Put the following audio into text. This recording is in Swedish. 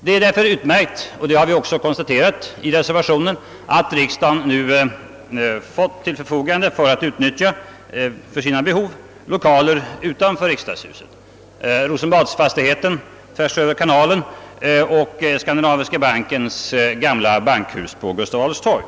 Det är därför utmärkt — såsom även konstateras i reservationen — att riksdagen nu för sina behov har fått loka ler utanför riksdagshuset, nämligen Rosenbadsfastigheten tvärsöver kanalen och Skandinaviska bankens gamla hus på Gustav Adolfs torg.